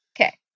okay